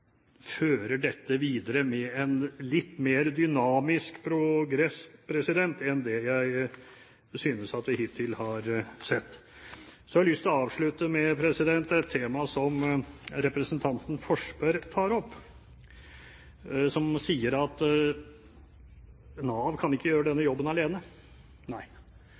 fører dette videre med en litt mer dynamisk progresjon enn det jeg synes at vi hittil har sett. Så har jeg lyst til å avslutte med et tema som representanten Forsberg tar opp, når han sier at Nav ikke kan gjøre denne jobben alene. Nei,